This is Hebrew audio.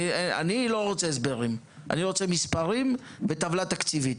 לא רוצה הסברים אלא מספרים וטבלה תקציבית.